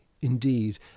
indeed